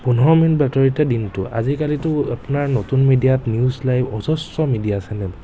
পোন্ধৰ মিনিটৰ বাতৰি এটা দিনটো আজি কালিটো আপোনাৰ নতুন মিডিয়াত নিউজ লাইভ অজস্ৰ মিডিয়া ছেনেল